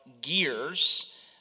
gears